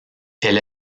elle